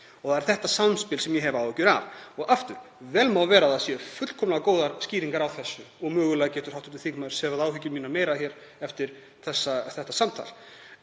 Það er það samspil sem ég hef áhyggjur af. Og aftur, vel má vera að það séu fullkomlega góðar skýringar á þessu og mögulega getur hv. þingmaður sefað áhyggjur mínar frekar eftir þetta samtal.